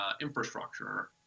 infrastructure